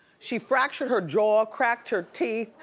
she fractured her jaw, cracked her teeth,